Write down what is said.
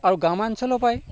আৰু গ্ৰাম্যাঞ্চলৰ পৰাই